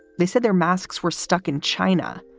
they said their masks were stuck in china.